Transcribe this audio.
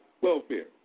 welfare